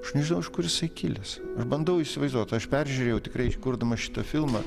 aš nežinau iš kur jisai kilęs bandau įsivaizduot aš peržiūrėjau tikrai kurdamas šitą filmą